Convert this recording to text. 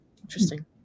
Interesting